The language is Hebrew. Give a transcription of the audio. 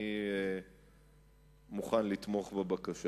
אני מוכן לתמוך בבקשה.